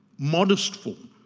modest form